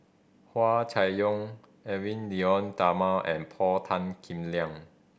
Hua Chai Yong Edwy Lyonet Talma and Paul Tan Kim Liang